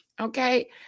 Okay